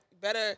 better